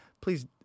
please